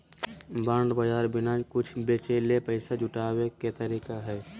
bond बाज़ार बिना कुछ बेचले पैसा जुटाबे के तरीका हइ